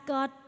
God